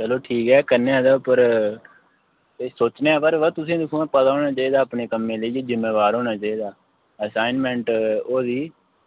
चलो ठीक ऐ करने हा ऐहदे उप्पर सोचने आं पर तुसेंगी गी पता होना चाहिदा अपने कम्मे लेई जिम्मेबार होना चाहिदा आसाइनमेंट होई दी